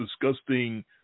disgusting